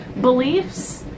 beliefs